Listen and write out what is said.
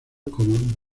como